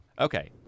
Okay